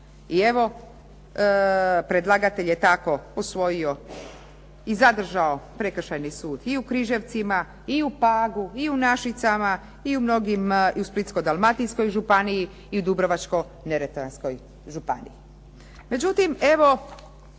I evo predlagatelj je tako usvojio i zadržao Prekršajni sud i u Križevcima i u Pagu i u Našicama i u mnogim Splitsko-dalmatinskoj županiji i u Dubrovačko-neretvanskoj županiji. Međutim, evo